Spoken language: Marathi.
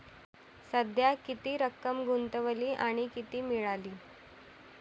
सध्या किती रक्कम गुंतवली आणि किती मिळाली